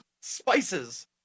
spices